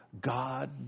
God